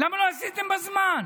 למה לא עשיתם בזמן?